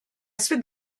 suite